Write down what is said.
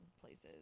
places